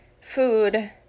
food